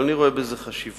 אבל אני רואה בזה חשיבות.